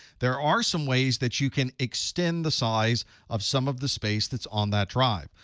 there are some ways that you can extend the size of some of the space that's on that drive.